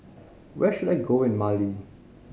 where should I go in Mali